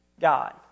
God